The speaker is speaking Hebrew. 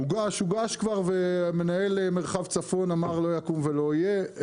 הוגש כבר ומנהל מרחב צפון אמר לא יקום ולא יהיה.